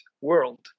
world